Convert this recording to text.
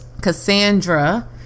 Cassandra